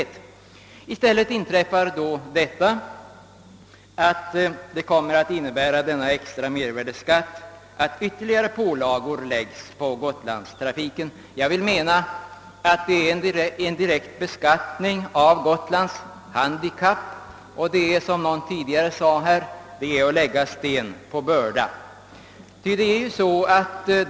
I stället inträffar nu att genom denna extra mervärdeskatt ytterligare pålagor läggs på gotlandstrafiken. Enligt min mening innebär det en indirekt beskattning av Gotlands handikapp, och det är — som någon tidigare talare sade — att lägga sten på börda.